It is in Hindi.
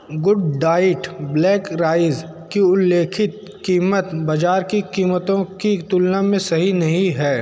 गुड डाइट ब्लैक राइस की उल्लिखित कीमत बाज़ार की कीमतों की तुलना में सही नहीं है